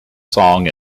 song